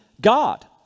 God